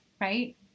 right